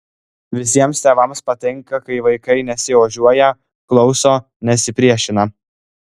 visiems tėvams patinka kai vaikai nesiožiuoja klauso nesipriešina